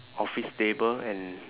office table and